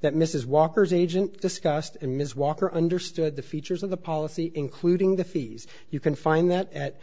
that mrs walker's agent discussed and ms walker understood the features of the policy including the fees you can find that at